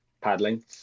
paddling